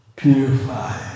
purify